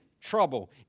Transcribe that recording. trouble